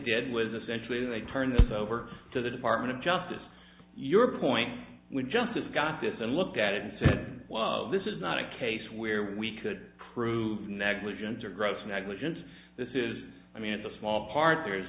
did was essentially they turn this over to the department of justice your point with justice got this and looked at it and said well this is not a case where we could prove negligence or gross negligence this is i mean it's a small part there is